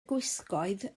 gwisgoedd